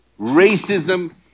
racism